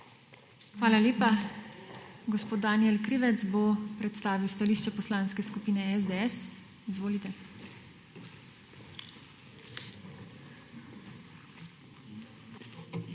Hvala lepa. Gospod Danijel Krivec bo predstavil stališče Poslanske skupine SDS. Izvolite.